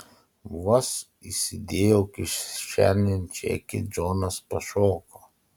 vos įsidėjau kišenėn čekį džonas pašoko